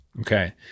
Okay